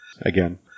again